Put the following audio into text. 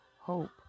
Hope